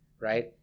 Right